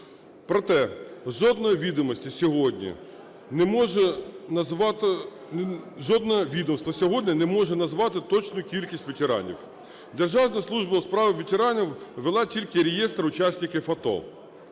Проте, жодне відомство сьогодні не може назвати точну кількість ветеранів. Державна служба у справах ветеранів вела тільки реєстр учасників АТО.